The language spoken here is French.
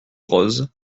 rose